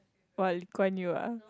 !wah! Lee Kuan Yew ah